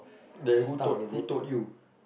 like who taught who taught you